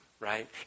Right